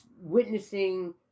witnessing